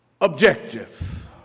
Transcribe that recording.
objective